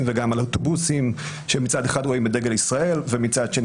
וגם על אוטובוסים שמצד אחד רואים את דגל ישראל ומצד שני